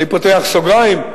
אני פותח סוגריים,